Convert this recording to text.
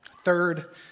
Third